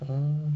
oh